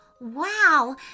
Wow